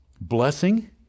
blessing